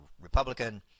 Republican